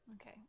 Okay